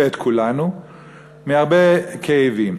ואת כולנו מהרבה כאבים.